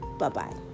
Bye-bye